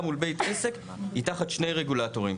מול בית עסק היא תחת שני רגולטורים.